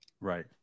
Right